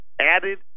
added